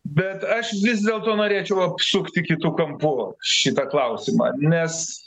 bet aš vis dėlto norėčiau apsukti kitu kampu šitą klausimą nes